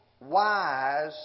wise